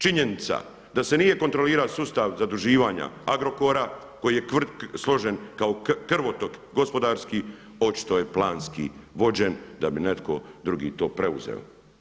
Činjenica da se nije kontrolirao sustav zaduživanja Agrokora koji je složen kao krvotok gospodarski očito je planski vođen da bi netko drugi to preuzeo.